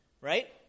right